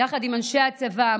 יחד עם אנשי הצבא,